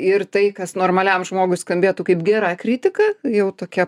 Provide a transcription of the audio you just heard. ir tai kas normaliam žmogui skambėtų kaip gera kritika jau tokia